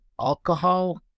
alcohol